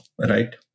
right